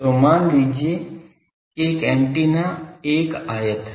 तो मान लीजिए कि एक एंटीना एक आयत है